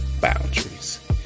boundaries